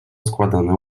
składane